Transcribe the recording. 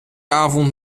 avond